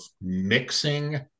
mixing